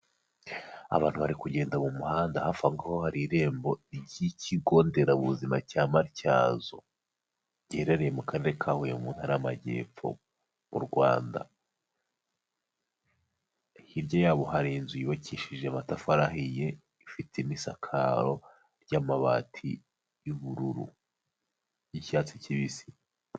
Abantu bari kugenda mu muhanda, hafi aho ngaho hari irembo ry'Ikigo nderabuzima cya Matyazo giherereye mu karere ka Huye mu ntara y'Amajyepfo mu Rwanda, harya yabo hari inzu yubakishije amatafari ahiye ifite imisakaro ry'amabati y'ubururu y'icyatsi kibisi.